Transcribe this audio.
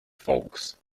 folks